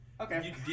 okay